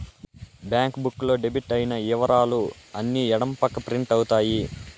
bank book లో debit అయిన ఇవరాలు అన్ని ఎడం పక్క ప్రింట్ అవుతాయి